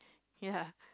ya